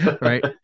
Right